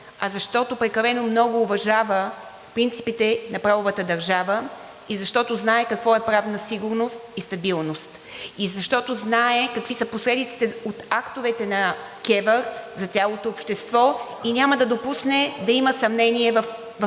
а защото прекалено много уважава принципите на правовата държава и защото знае какво е правна сигурност и стабилност и защото знае какви са последиците от актовете на КЕВР за цялото общество и няма да допусне да има съмнение в нито